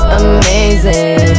amazing